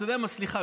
מה הקשר לבג"ץ?